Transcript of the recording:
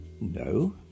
No